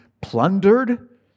plundered